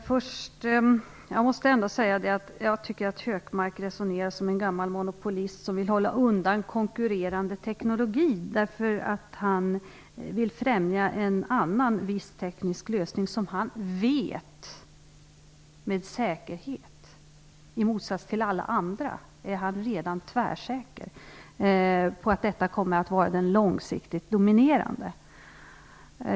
Herr talman! Jag tycker att Gunnar Hökmark resonerar som en gammal monopolist som vill hålla undan konkurrerande teknologi därför att han vill främja en viss annan teknisk lösning som han med säkerhet vet kommer att vara den långsiktigt dominerande. I motsats till alla andra är han redan tvärsäker på detta.